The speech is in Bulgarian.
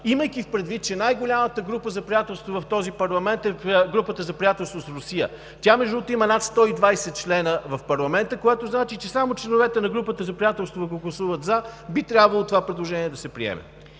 имайки предвид, че най-голямата група за приятелство в този парламент е Групата за приятелство с Русия. Тя има над 120 членове в парламента, което значи, че само членовете на Групата за приятелство да гласуват „за“, би трябвало това предложение да се приеме.